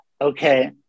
Okay